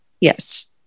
Yes